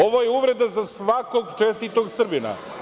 Ovo je uvreda za svakog čestitog Srbina.